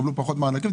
יקבלו פחות מענקים,